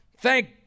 Thank